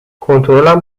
کنترلم